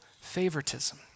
favoritism